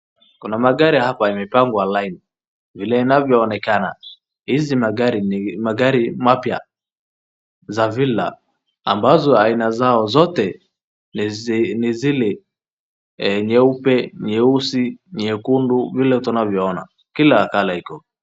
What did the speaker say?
Kuna magari hapa imepangwa lain . Vile inavyoonekana hizi magari ni magari mapya za Filder ambazo aina zao zote ni zile nyeupe, nyeusi, nyekundu vile tunavyoona. Kila kala iko.